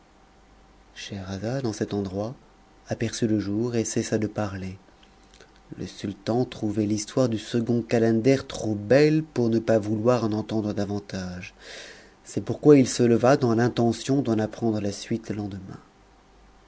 scheherazade en cet endroit aperçut le jour et cessa de parler le sultan trouvait l'histoire du second calender trop belle pour ne pas vouloir en entendre davantage c'est pourquoi il se leva dans l'intention d'en apprendre la suite le lendemain